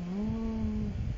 oh